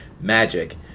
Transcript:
magic